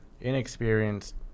inexperienced